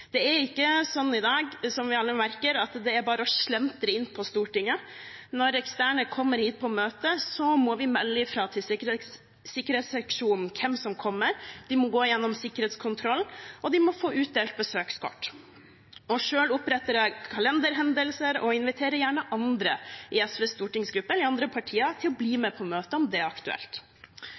Det er ikke sånn i dag – som vi alle merker – at det bare er å slentre inn på Stortinget. Når eksterne kommer hit på møter, må vi melde fra til sikkerhetsseksjonen om hvem som kommer, de må gå gjennom sikkerhetskontrollen, og de må få utdelt besøkskort. Og selv oppretter jeg kalenderhendelser og inviterer gjerne andre i SVs stortingsgruppe eller i andre partier til å bli med på møtet, om det er aktuelt.